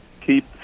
keep